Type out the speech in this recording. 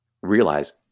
realize